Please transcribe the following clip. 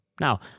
Now